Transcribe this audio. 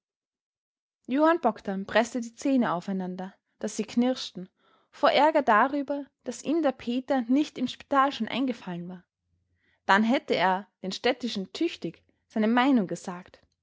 johann bogdn preßte die zähne aufeinander daß sie knirschten vor ärger darüber daß ihm der peter nicht im spital schon eingefallen war dann hätte er den städtischen tüchtig seine meinung gesagt